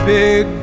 big